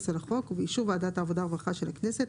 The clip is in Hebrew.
לחוק ובאישור ועדת העבודה הרווחה של הכנסת,